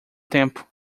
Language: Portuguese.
tempo